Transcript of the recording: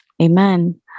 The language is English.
Amen